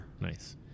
Nice